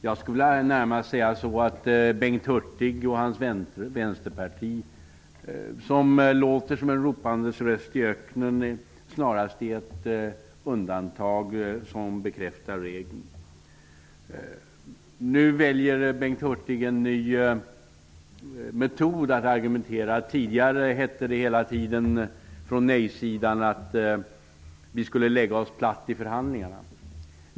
Bengt Hurtig och hans vänsterparti -- som låter som en ropande röst i öknen -- är snarare ett undantag som bekräftar regeln. Nu väljer Bengt Hurtig en ny metod att argumentera. Tidigare sade nej-sidan att vi skulle lägga oss platt i förhandlingarna.